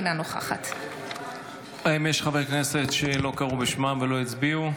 אינה נוכחת האם יש חברי כנסת שלא קראו בשמותיהם או שלא הצביעו?